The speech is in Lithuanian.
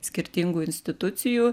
skirtingų institucijų